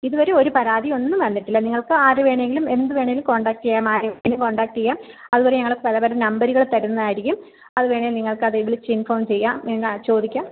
ഇതുവരെ ഒരു പരാതിയൊന്നും വന്നിട്ടില്ല നിങ്ങൾക്ക് ആരുവേണമെങ്കിലും എന്തുവേണമെങ്കിലും കോണ്ടാക്റ്റ് ചെയ്യാം ആരെവേണമെങ്കിലും കോണ്ടാക്റ്റ് ചെയ്യാം അതുപോലെ ഞങ്ങൾ പല പല നമ്പര്കൾ തരുന്നതായിരിക്കും അത് വേണേ നിങ്ങൾക്ക് അത് വിളിച്ച് ഇൻഫോം ചെയ്യാം എന്താ ചോദിക്കാം